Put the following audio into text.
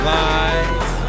lies